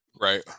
right